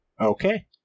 Okay